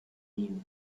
you